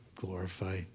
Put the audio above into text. glorify